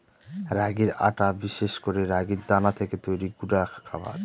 রাগির আটা বিশেষ করে রাগির দানা থেকে তৈরি গুঁডা খাবার